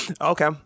okay